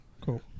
Cool